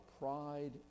pride